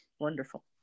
Wonderful